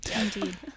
indeed